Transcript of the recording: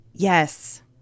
Yes